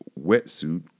wetsuit